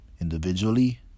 individually